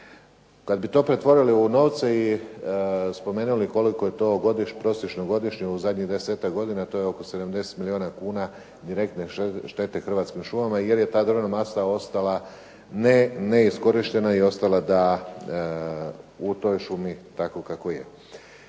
Kad bi to pretvorili u novce i spomenuli koliko je to prosječno godišnje u zadnjih desetak godina, to je oko 70 milijuna kuna direktne štete Hrvatskim šumama, jer je ta drvna masa ostala neiskorištena i ostala u toj šumi tako kako je.